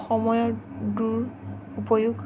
সময়ৰ দূৰ উপয়োগ